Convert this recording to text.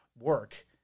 work